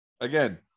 again